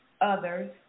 others